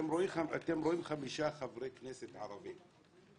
אתם רואים חמישה חברי כנסת ערבים.